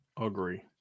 Agree